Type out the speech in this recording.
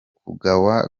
kugawa